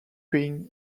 being